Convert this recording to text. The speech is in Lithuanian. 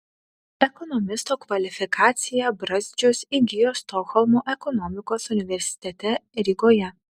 ekonomisto kvalifikaciją brazdžius įgijo stokholmo ekonomikos universitete rygoje